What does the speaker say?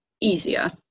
easier